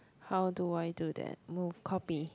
how do I do that move copy